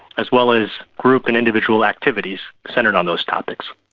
as well as group and individual activities centred on those topics.